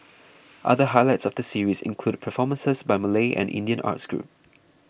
other highlights of the series include performances by Malay and Indian arts groups